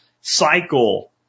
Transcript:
cycle